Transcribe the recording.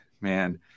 man